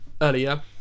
earlier